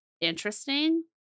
interesting